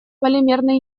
полимерной